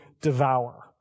devour